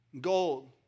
gold